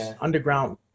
underground